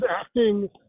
acting